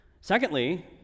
Secondly